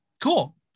Cool